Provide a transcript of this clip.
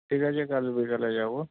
ঠিক আছে কাল বিকালে যাব